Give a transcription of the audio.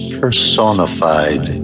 personified